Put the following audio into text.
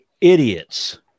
idiots